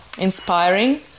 inspiring